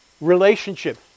Relationship